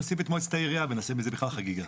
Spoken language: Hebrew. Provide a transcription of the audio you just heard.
בוא נוסיף את מועצת העירייה ונעשה מזה בכלל חגיגה.